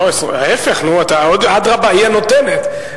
אדרבה, היא הנותנת.